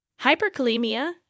Hyperkalemia